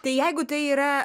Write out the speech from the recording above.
tai jeigu tai yra